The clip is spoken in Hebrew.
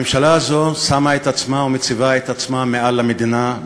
הממשלה הזו שמה את עצמה ומציבה את עצמה מעל למדינה,